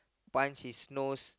punch his nose